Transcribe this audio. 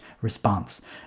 response